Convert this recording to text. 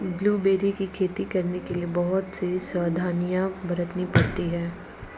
blueberry की खेती करने के लिए बहुत सी सावधानियां बरतनी पड़ती है